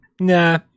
nah